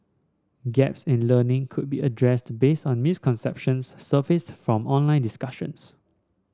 gaps in learning could be addressed based on misconceptions surfaced from online discussions